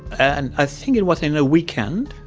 and i think it was in a weekend,